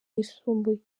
yisumbuye